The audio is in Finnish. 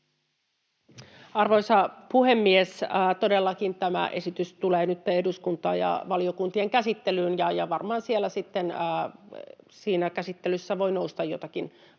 Arvoisa puhemies! Todellakin tämä esitys tulee nyt eduskuntaan ja valiokuntien käsittelyyn, ja varmaan siinä käsittelyssä voi sitten nousta joitakin asioita